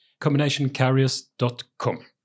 combinationcarriers.com